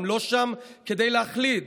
הן לא שם כדי להחליד".